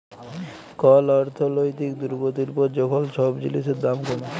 call অর্থলৈতিক দুর্গতির পর যখল ছব জিলিসের দাম কমে